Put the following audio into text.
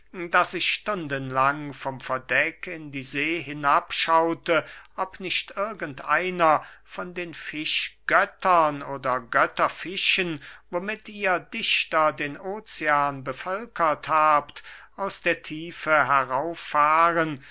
daß ich stundenlang vom verdeck in die see hinab schaute ob nicht irgend einer von den fischgöttern oder götterfischen womit ihr dichter den ocean bevölkert habt aus der tiefe